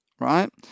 right